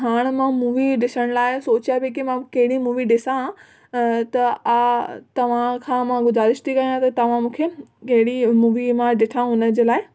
हाणे मां मूवी ॾिसण लाइ सोचा पई की मां कहिड़ी मूवी ॾिसां त आहे तव्हां खां मां गुज़ारिश थी कयां त तव्हां मूंखे कहिड़ी मूवी मां ॾिठा हुन जे लाइ